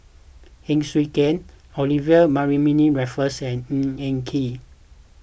Heng Swee Keat Olivia Mariamne Raffles and Ng Eng Kee